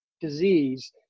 disease